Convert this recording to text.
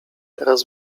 teraz